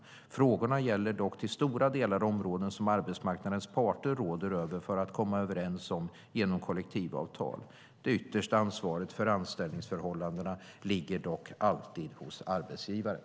Frågorna gäller dock till stora delar områden som arbetsmarknadens parter råder över där de har att komma överens genom kollektivavtal. Det yttersta ansvaret för anställningsförhållandena ligger dock alltid hos arbetsgivaren.